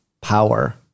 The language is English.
power